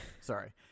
sorry